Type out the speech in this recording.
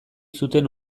zuten